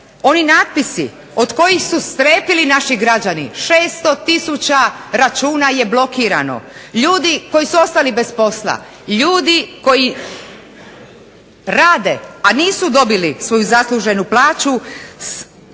oni natpisi od kojih su strepili naši građani, 600 tisuća računa je blokirano, ljudi koji su ostali bez posla, ljudi koji rade a nisu dobili svoju zasluženu plaću